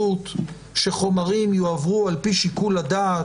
האפשרות שחומרים יועברו על פי שיקול דעת